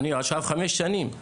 אני עכשיו חמש שנים.